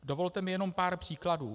Dovolte mi jenom pár příkladů.